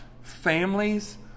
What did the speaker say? families